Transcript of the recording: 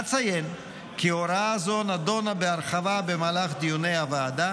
אציין כי הוראה זו נדונה בהרחבה במהלך דיוני הוועדה,